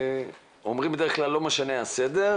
אומרים בדרך כלל שלא משנה הסדר,